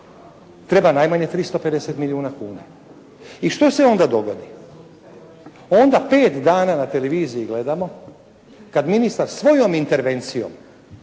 Treba najmanje 350 milijuna kuna. I što se onda dogodi? Onda pet dana na televiziji gledamo kad ministar svojom intervencijom